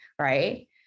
Right